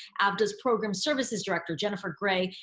avda's program services director, jennifer rey,